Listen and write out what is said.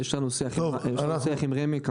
יש לנו שיח עם רמ"י.